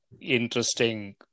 interesting